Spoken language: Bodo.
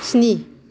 स्नि